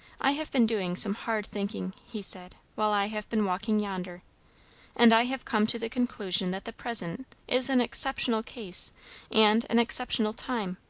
i have been doing some hard thinking, he said, while i have been walking yonder and i have come to the conclusion that the present is an exceptional case and an exceptional time.